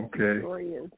Okay